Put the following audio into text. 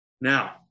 Now